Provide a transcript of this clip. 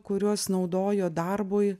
kuriuos naudojo darbui